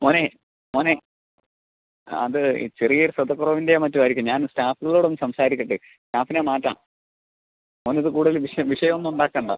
മോനെ മോനെ അത് ചെറിയ ഒരു ശ്രദ്ധക്കുറവിൻ്റെയോ മറ്റോ ആയിരിക്കും ഞാൻ സ്റ്റാഫുകളോട് ഒന്ന് സംസാരിക്കട്ടെ സ്റ്റാഫിനെ മാറ്റാം മോൻ ഇത് കൂടുതൽ വിഷയം വിഷയമൊന്നും ആക്കണ്ട